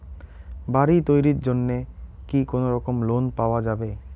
বাড়ি তৈরির জন্যে কি কোনোরকম লোন পাওয়া যাবে?